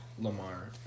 Lamar